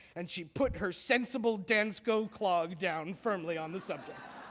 and she put her sensible dansko clog down firmly on the subject.